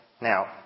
Now